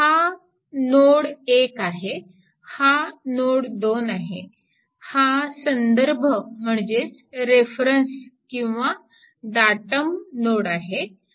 हा नोड 1आहे हा नोड 2आहे हा संदर्भ म्हणजेच रेफरन्स किंवा डाटम नोड आहे